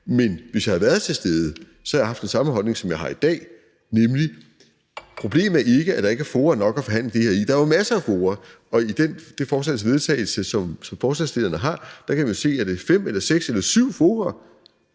Men hvis jeg havde været til stede, havde jeg haft den samme holdning, som jeg har i dag, nemlig at problemet ikke er, at der ikke er fora nok at forhandle det her i. Der er jo masser af fora, og i det forslag til vedtagelse, ordføreren for forslagsstillerne fremsatte, kan man se de – er det fem eller seks eller